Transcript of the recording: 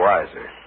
Wiser